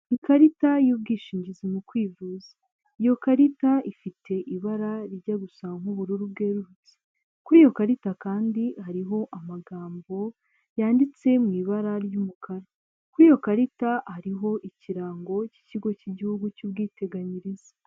Ikarita y'ubwishingizi mu kwivuza. Iyo karita ifite ibara rijya gusa nk'ubururu bwerurutse, kuri iyo karita kandi hariho amagambo yanditse mu ibara ry'umukara, kuri iyo karita hariho ikirango cy'ikigo cy'igihugu cy'ubwiteganyirize.